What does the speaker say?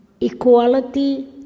Equality